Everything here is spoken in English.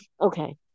Okay